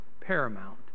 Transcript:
paramount